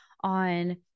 on